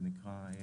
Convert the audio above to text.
זה נקרא zones.